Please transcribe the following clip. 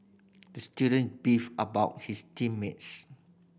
the student beefed about his team mates